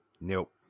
Nope